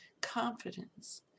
confidence